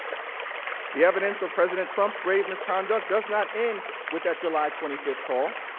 the evidence of president trump's grave misconduct does not end with that july twenty fifth call.